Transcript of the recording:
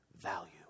value